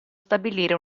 stabilire